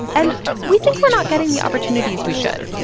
and we think we're not getting the opportunities we should.